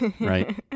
right